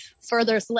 further